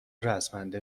رزمنده